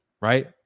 right